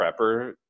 prepper